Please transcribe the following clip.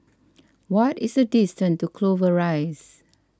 what is the distance to Clover Rise